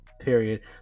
period